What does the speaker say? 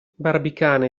barbicane